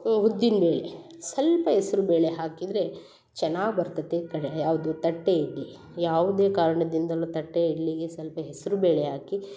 ಉದ್ದಿನ್ಬೇಳೆ ಸ್ವಲ್ಪ ಹೆಸರು ಬೇಳೆ ಹಾಕಿದ್ದರೆ ಚೆನ್ನಾಗಿ ಬರ್ತತೆ ಕಳೆ ಯಾವುದು ತಟ್ಟೆ ಇಡ್ಲಿ ಯಾವುದೇ ಕಾರಣದಿಂದಲು ತಟ್ಟೆ ಇಡ್ಲಿಗೆ ಸ್ವಲ್ಪ ಹೆಸರು ಬೇಳೆ ಹಾಕಿ